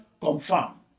confirm